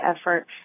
effort